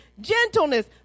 gentleness